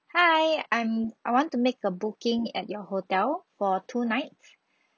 hi I'm I want to make a booking at your hotel for two nights